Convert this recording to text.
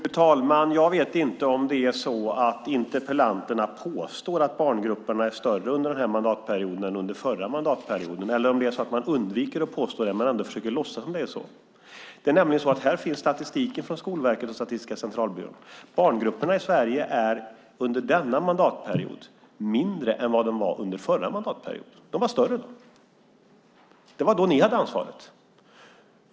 Fru talman! Jag vet inte om det är så att interpellanten påstår att barngrupperna är större under denna mandatperiod än under den förra, eller om det är så att hon undviker att påstå det men ändå försöker låtsas att det är så. Det finns statistik från Skolverket och Statistiska centralbyrån. Barngrupperna i Sverige är under denna mandatperiod mindre än vad de var under den förra mandatperioden. De var större då. Det var då ni hade ansvaret.